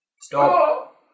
Stop